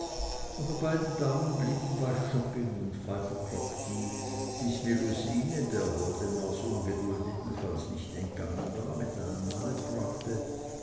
aber beide damen blieben bei shopping und five o'clock tea bis melusine der woldemars ungeduld ebenfalls nicht entgangen war mit einem male fragte